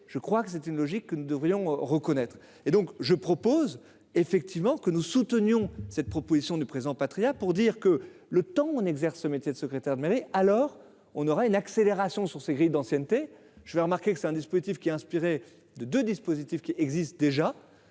je crois que c'est une logique que nous devrions reconnaître et donc je propose effectivement que nous soutenions cette proposition du présent Patriat pour dire que le temps on exerce ce métier de secrétaire de mairie. Alors on aura une accélération sur ces grilles d'ancienneté, j'avais remarqué que c'est un dispositif qui a inspiré de, de dispositifs qui existent déjà,